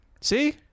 See